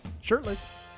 Shirtless